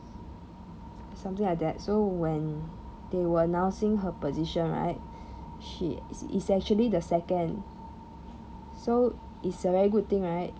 something like that so when they were announcing her position right she is essentially the second so it's a very good thing right